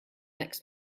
next